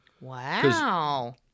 Wow